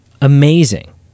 amazing